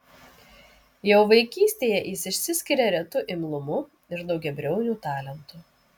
jau vaikystėje jis išsiskiria retu imlumu ir daugiabriauniu talentu